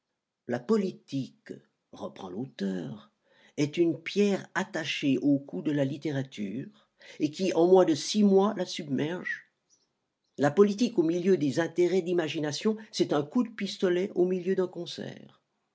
la politique reprend l'auteur est une pierre attachée au cou de la littérature et qui en moins de six mois la submerge la politique au milieu des intérêts d'imagination c'est un coup de pistolet au milieu d'un concert